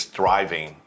thriving